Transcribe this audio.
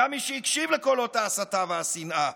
היה מי שהקשיב לקולות ההסתה והשנאה,